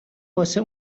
واسه